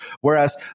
whereas